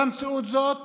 במציאות הזאת,